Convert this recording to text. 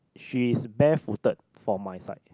she's barefooted for my side